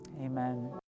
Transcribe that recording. amen